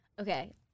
Okay